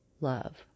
love